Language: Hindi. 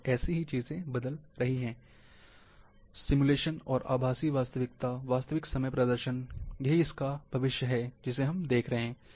और ऐसे ही चीजें बदल रही हैं और सिमुलेशन और आभासी वास्तविकता वास्तविक समय प्रदर्शन यही इसका यही भविष्य है जिसे हम देख रहे हैं